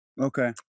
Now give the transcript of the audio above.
Okay